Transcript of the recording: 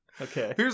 Okay